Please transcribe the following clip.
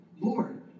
Lord